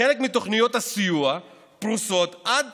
חלק מתוכניות הסיוע פרוסות עד